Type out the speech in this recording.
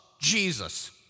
Jesus